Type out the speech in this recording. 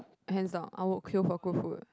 hands down I would queue for good food